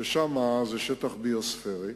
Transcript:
ששם זה שטח ביוספרי,